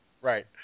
right